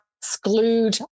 exclude